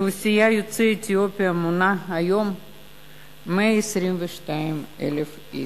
אוכלוסיית יוצאי אתיופיה מונה היום 122,000 איש.